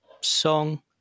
song